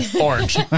Orange